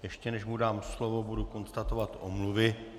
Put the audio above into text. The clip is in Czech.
Ještě než mu dám slovo, budu konstatovat omluvy.